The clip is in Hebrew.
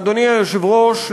אדוני היושב-ראש,